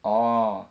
orh